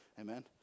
Amen